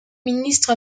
ministres